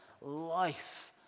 life